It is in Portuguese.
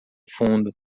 fundo